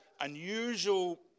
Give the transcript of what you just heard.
unusual